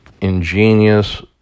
ingenious